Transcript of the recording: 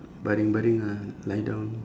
baring baring ah lie down